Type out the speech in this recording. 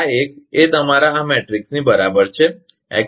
આ એક એ તમારા આ મેટ્રિક્સની બરાબર છે